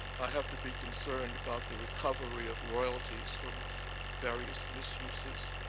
i have to be concerned about the recovery of royalties from various misuses.